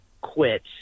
quit